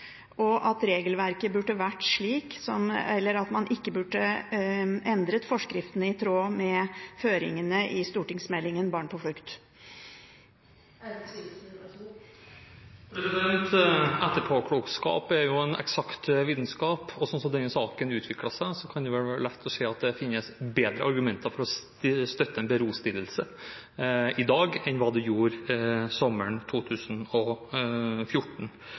og at man ikke burde endret forskriften i tråd med føringene i stortingsmeldingen Barn på flukt? Etterpåklokskap er jo en eksakt vitenskap, og slik som denne saken har utviklet seg, kan det være lett å si at det finnes bedre argumenter for å støtte en berostillelse i dag enn det gjorde sommeren 2014.